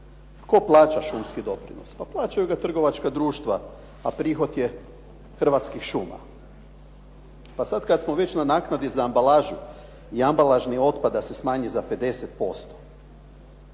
Tko plaća šumski doprinos? Pa plaćaju ga trgovačka društva, a prihod je Hrvatskih šuma. A sad kad smo već na naknadi za ambalažu i ambalažni otpad da se smanji za 50%,